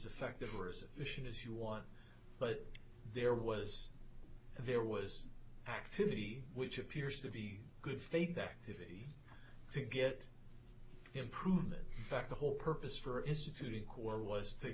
effective or a sufficient as you want but there was there was activity which appears to be good faith activity to get improvement back the whole purpose for instituting core was t